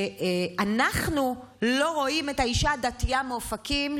אנחנו לא רואים את האישה הדתייה מאופקים,